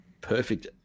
perfect